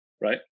right